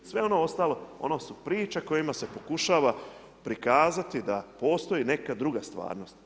Sve ono ostalo, ono su priče kojima se pokušava prikazati da postoji neka druga stvarnost.